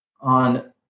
on